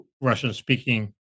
Russian-speaking